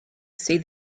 see